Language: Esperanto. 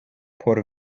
por